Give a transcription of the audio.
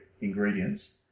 ingredients